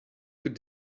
could